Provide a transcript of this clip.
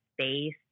space